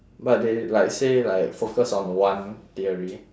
but they like say like focus on one theory